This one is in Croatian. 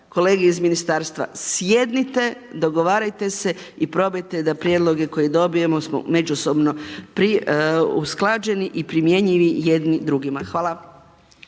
kolege iz ministarstva, sjednite, dogovarajte se i probajte da prijedloge koje dobijemo međusobno usklađeni i primjenjivi jedni drugima. Hvala.